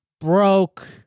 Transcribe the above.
broke